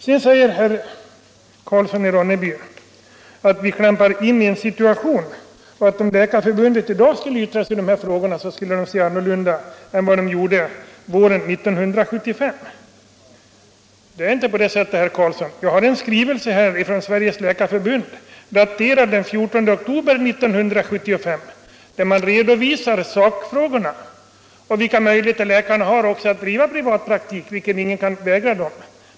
Sedan säger herr Karlsson i Ronneby att vi klampar in i en förhand lingssituation och att om Läkarförbundet i dag skulle yttra sig i dessa frågor, skulle man yttra sig annorlunda än vad man gjorde våren 1975. Det är inte på det sättet, herr Karlsson. Jag har här en skrivelse från Sveriges läkarförbund, daterad den 14 oktober 1975, där man redovisar sakfrågorna och vilka möjligheter läkarna har att driva privatläkarpraktik. Det kan ingen förvägra dem.